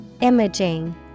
Imaging